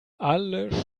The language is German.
alle